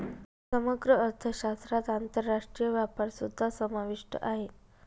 समग्र अर्थशास्त्रात आंतरराष्ट्रीय व्यापारसुद्धा समाविष्ट आहे